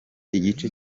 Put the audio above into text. igice